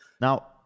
Now